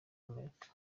amerika